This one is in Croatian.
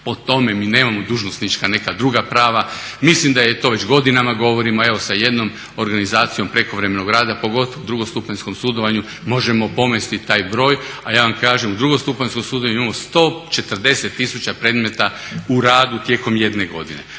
po tome, mi nemamo dužnosničke neka druga prava. Mislim da je to već godina govorim, a evo sa jednom organizacijom prekovremenog rada pogotovo u drugostupanjskom sudovanju možemo pomesti taj broj, a ja vam kažem u drugostupanjskom sudovanju imamo 140 tisuća predmeta u radu tijekom jedne godine.